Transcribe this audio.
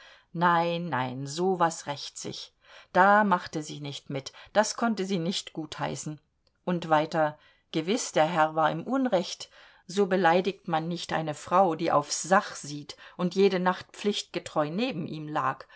nein nein so was rächt sich da machte sie nicht mit das konnte sie nicht gutheißen und weiter gewiß der herr war im unrecht so beleidigt man nicht eine frau die auf's sach sieht und jede nacht pflichtgetreu neben ihm lag